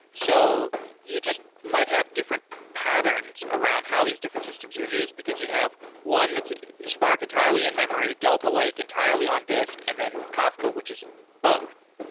so you just might have different patterns around how these different systems are used, because you have one that spark entirely in memory. delta lake entirely on disk, and then kafka which is both.